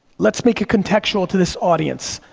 let's make it contextual to this audience.